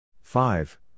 five